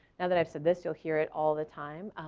now that i've said this, you'll hear it all the time.